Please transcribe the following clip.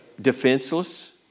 defenseless